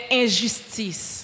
injustice